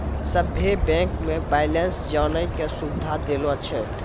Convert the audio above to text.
सभे बैंक मे बैलेंस जानै के सुविधा देलो छै